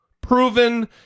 proven